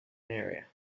area